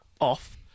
off